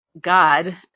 God